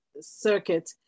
circuit